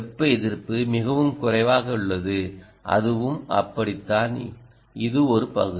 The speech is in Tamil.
வெப்ப எதிர்ப்பு மிகவும் குறைவாக உள்ளது அதுவும் அப்படித்தான் இது ஒரு பகுதி